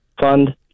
fund